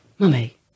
Mummy